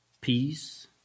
peace